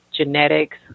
Genetics